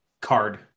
card